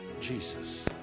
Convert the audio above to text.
Jesus